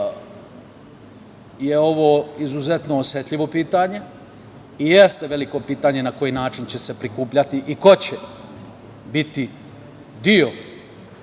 da je ovo izuzetno pitanje i jeste veliko pitanje na koji način će se prikupljati i ko će biti deo